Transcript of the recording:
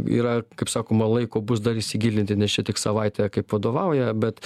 yra kaip sakoma laiko bus dar įsigilinti nes čia tik savaitė kaip vadovauja bet